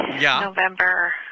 November